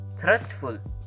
thrustful